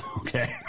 Okay